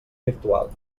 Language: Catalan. virtual